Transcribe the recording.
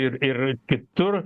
ir ir kitur